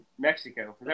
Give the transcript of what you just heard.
Mexico